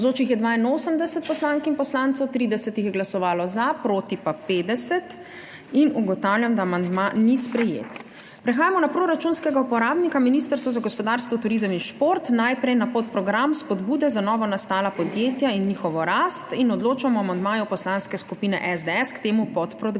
Navzočih je 82 poslank in poslancev, 30 jih je glasovalo za, proti pa 50. (Za je glasovalo 30.) (Proti 50.) Ugotavljam, da amandma ni sprejet. Prehajamo na proračunskega uporabnika Ministrstvo za gospodarstvo, turizem in šport, najprej na podprogram Spodbude za novonastala podjetja in njihovo rast. Odločamo o amandmaju Poslanske skupine SDS k temu podprogramu.